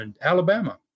Alabama